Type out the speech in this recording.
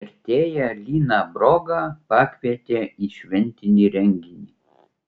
vertėją liną brogą pakvietė į šventinį renginį